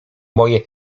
moje